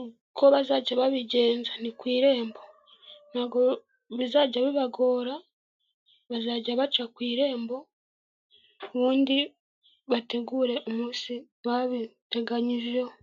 uko bazajya babigenza ni ku irembo, ntabwo bizajya bibagora bazajya baca ku irembo ubundi bategure umunsi babiteganyirijeho.